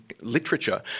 literature